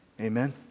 Amen